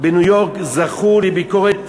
בניו-יורק זכו לביקורות